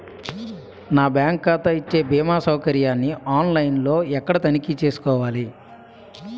నా బ్యాంకు ఖాతా ఇచ్చే భీమా సౌకర్యాన్ని ఆన్ లైన్ లో ఎక్కడ తనిఖీ చేసుకోవాలి?